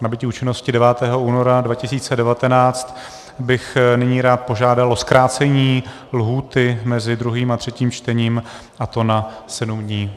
nabytí účinnosti 9. února 2019, bych nyní rád požádal o zkrácení lhůty mezi druhým a třetím čtení, a to na sedm dní.